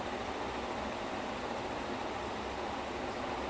eh wait you know I heard wait what's the movie called